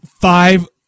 five